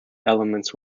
elements